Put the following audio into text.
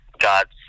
God's